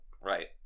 Right